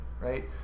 right